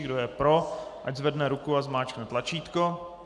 Kdo je pro, ať zvedne ruku a zmáčkne tlačítko.